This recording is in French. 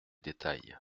détails